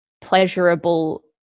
pleasurable